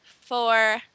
four